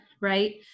right